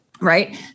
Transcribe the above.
Right